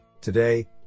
Today